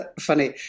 funny